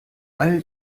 all